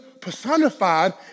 personified